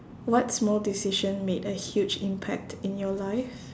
what small decision made a huge impact in your life